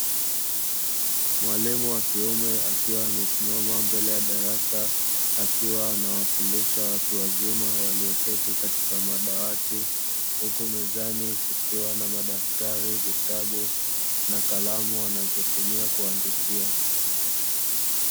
Mwalimu wa kiume akiwa amesimama mbele ya darasa, akiwa anawafundisha watu wazima walioketi katika madawati huku mezani kukiwa na madaftari, vitabu, na kalamu wanazotumia kuandikia.